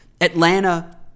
Atlanta